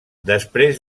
després